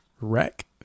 Wreck